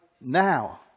now